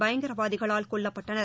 பயங்கரவாதிகளால் கொல்லப்பட்டனர்